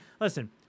Listen